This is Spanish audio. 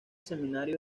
seminario